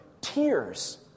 tears